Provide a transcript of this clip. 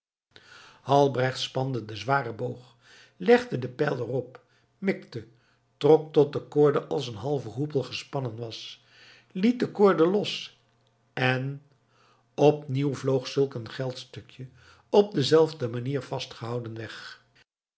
albrecht spande den zwaren boog legde den pijl er op mikte trok tot de koorde als een halve hoepel gespannen was liet de koorde los en opnieuw vloog zulk een geldstukje op dezelfde manier vastgehouden weg